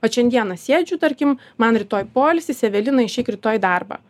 vat šiandieną sėdžiu tarkim man rytoj poilsis evelina išeik rytoj į darbą